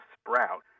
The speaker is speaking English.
sprout